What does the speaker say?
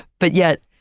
but yet,